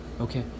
Okay